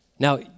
Now